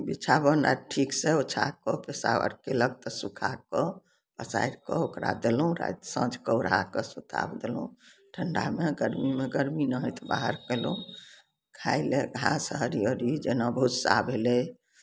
बिछाओन आर ठीकसँ ओछा कऽ पेशाब आर कयलक तऽ सुखाकऽ पसारि कऽ ओकरा देलहुँ राति साँझ कऽ ओढ़ा कऽ सुता देलहुँ ठण्डामे गर्मीमे गर्मी नाहित बाहर कयलहुँ खाय लए घास हरिहरी जेना भुस्सा भेलय